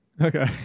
Okay